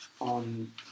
on